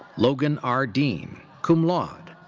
logan r. dean, cum laude.